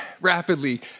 rapidly